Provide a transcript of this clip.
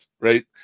right